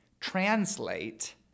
translate